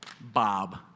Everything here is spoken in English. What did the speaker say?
Bob